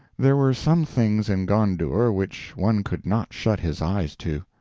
there were some things in gondour which one could not shut his eyes to.